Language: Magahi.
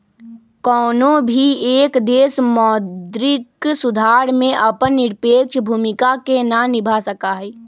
कौनो भी एक देश मौद्रिक सुधार में अपन निरपेक्ष भूमिका के ना निभा सका हई